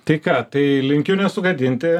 tai ką tai linkiu nesugadinti